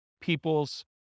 people's